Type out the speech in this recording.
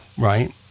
Right